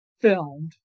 filmed